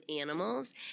animals